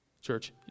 Church